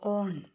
on